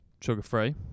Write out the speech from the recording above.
sugar-free